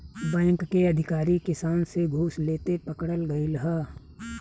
bank के अधिकारी किसान से घूस लेते पकड़ल गइल ह